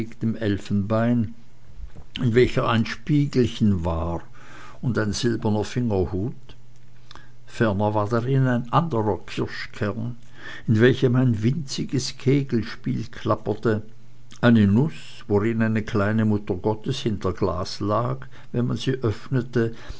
elfenbein in welcher ein spiegelchen war und ein silberner fingerhut ferner war darin ein anderer kirschkern in welchem ein winziges kegelspiel klapperte eine nuß worin eine kleine muttergottes hinter glas lag wenn man sie öffnete